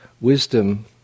wisdom